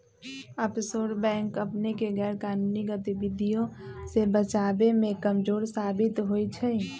offshore bank अपनेके गैरकानूनी गतिविधियों से बचाबे में कमजोर साबित होइ छइ